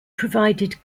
provided